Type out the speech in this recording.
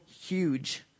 huge